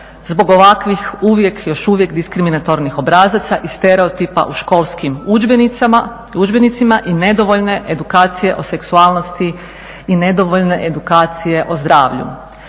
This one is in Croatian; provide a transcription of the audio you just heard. zbog ovakvih uvijek još uvijek diskriminatornih obrazaca i stereotipa u školskim udžbenicima i nedovoljne edukacije o seksualnosti i nedovoljne edukacije o zdravlju.